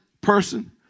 person